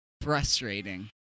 frustrating